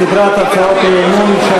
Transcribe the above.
סדרת הצעות אי-אמון,